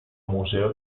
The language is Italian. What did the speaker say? museo